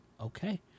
okay